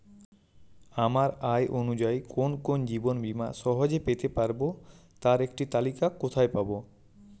আমার আয় অনুযায়ী কোন কোন জীবন বীমা সহজে পেতে পারব তার একটি তালিকা কোথায় পাবো?